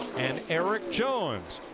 and erik jones.